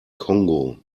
kongo